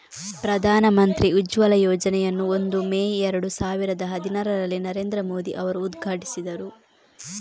ಪ್ರಧಾನ ಮಂತ್ರಿ ಉಜ್ವಲ ಯೋಜನೆಯನ್ನು ಒಂದು ಮೇ ಏರಡು ಸಾವಿರದ ಹದಿನಾರರಲ್ಲಿ ನರೇಂದ್ರ ಮೋದಿ ಅವರು ಉದ್ಘಾಟಿಸಿದರು